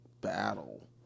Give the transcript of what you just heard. battle